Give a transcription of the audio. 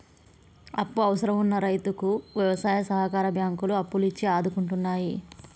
అప్పు అవసరం వున్న రైతుకు వ్యవసాయ సహకార బ్యాంకులు అప్పులు ఇచ్చి ఆదుకుంటున్నాయి